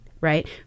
right